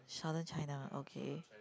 Southern China okay